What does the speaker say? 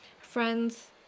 friends